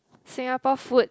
Singapore food